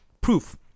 Proof